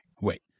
wait